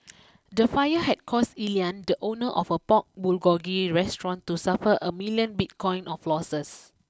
the fire had caused Elian the owner of a Pork Bulgogi restaurant to suffer a million Bitcoin of losses